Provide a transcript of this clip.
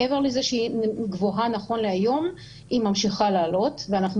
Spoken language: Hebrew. מעבר לזה שהיא גבוהה נכון להיום היא ממשיכה לעלות ואנחנו